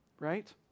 right